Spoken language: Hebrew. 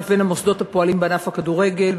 המוסדות הפועלים בענף הכדורגל,